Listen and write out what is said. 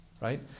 right